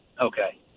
Okay